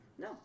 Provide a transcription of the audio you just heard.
No